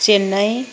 Chennai